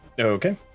Okay